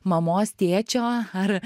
mamos tėčio ar